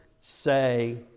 say